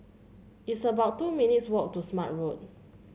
it's about two minutes' walk to Smart Road